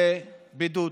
שהתקבלו.